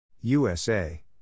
USA